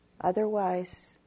Otherwise